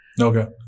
Okay